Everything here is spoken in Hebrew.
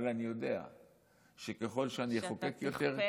אבל אני יודע שככל שאני אחוקק יותר,